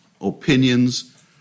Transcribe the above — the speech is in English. opinions